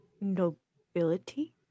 Nobility